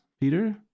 Peter